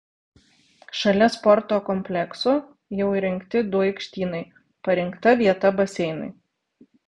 šalia sporto komplekso jau įrengti du aikštynai parinkta vieta baseinui